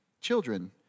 children